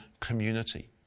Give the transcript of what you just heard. community